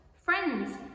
friends